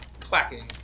clacking